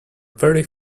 very